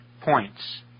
points